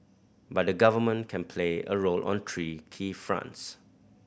but the Government can play a role on three key fronts